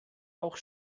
auch